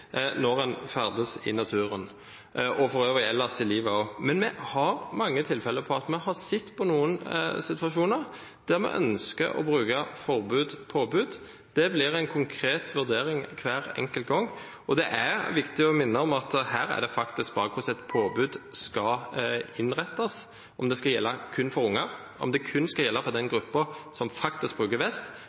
når en ferdes i naturen – og ellers i livet også. Men vi har mange eksempler på situasjoner der vi ønsker å bruke forbud/påbud. Det blir en konkret vurdering hver enkelt gang. Det er viktig å minne om at her handler det faktisk bare om hvordan et påbud skal innrettes – om det skal gjelde kun for unger, om det skal gjelde kun for den gruppen som faktisk bruker vest,